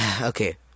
Okay